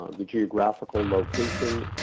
um the geographical location,